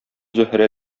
зөһрә